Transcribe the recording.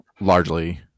largely